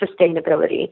sustainability